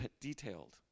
detailed